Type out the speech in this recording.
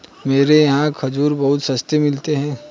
मेरे यहाँ खजूर बहुत सस्ते मिलते हैं